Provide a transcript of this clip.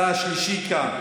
שלא לאשר את הצו,